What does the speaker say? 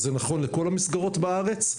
זה נכון לכל המסגרות בארץ?